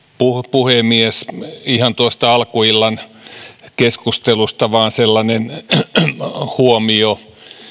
puhemies ihan tuosta alkuillan keskustelusta vaan sellainen huomio